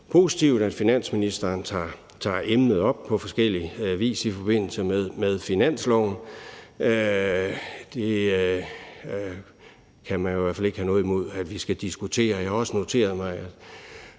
positivt, at finansministeren tager emnet op på forskellig vis i forbindelse med finansloven. Det kan man i hvert fald ikke have noget imod at vi skal diskutere.